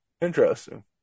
Interesting